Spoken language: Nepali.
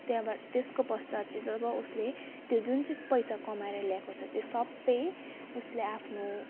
त्यहाँबड त्यसको पश्चात चाहिँ जब उसले त्यो जुन चाहिँ पैसा कमाएर ल्याएको छ त्यो सबै उसले आफ्नो